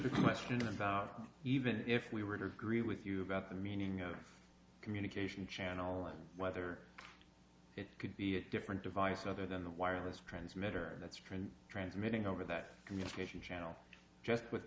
the question about even if we were to agree with you about the meaning of communication channel and whether it could be a different device other than the wireless transmitter that's different transmitting over that communication channel just with